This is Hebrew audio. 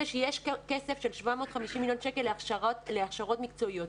שיש 750 מיליון שקלים להכשרות מקצועיות.